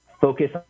focus